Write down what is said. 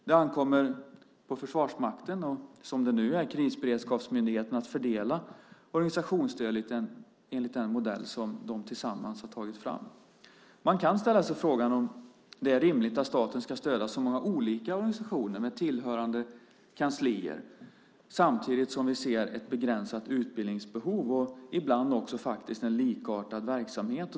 Det ankommer på Försvarsmakten och, som det nu är, Krisberedskapsmyndigheten att fördela organisationsstödet enligt den modell som de tillsammans har tagit fram. Man kan ställa sig frågan om det är rimligt att staten ska stödja så många olika organisationer med tillhörande kanslier, samtidigt som vi ser ett begränsat utbildningsbehov och ibland också en likartad verksamhet.